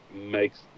makes